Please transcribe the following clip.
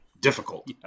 difficult